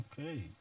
Okay